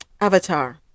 avatar